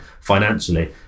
financially